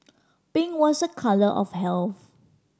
pink was a colour of health